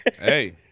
Hey